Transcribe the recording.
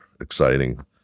exciting